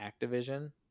activision